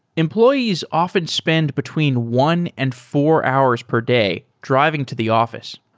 employees often spend between one and four hours per day driving to the office.